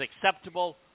acceptable